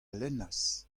lennas